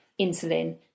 insulin